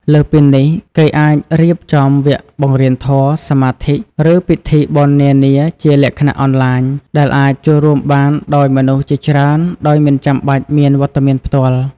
លើសពីនេះ គេអាចរៀបចំវគ្គបង្រៀនធម៌ សមាធិ ឬពិធីបុណ្យនានាជាលក្ខណៈអនឡាញ ដែលអាចចូលរួមបានដោយមនុស្សជាច្រើនដោយមិនចាំបាច់មានវត្តមានផ្ទាល់។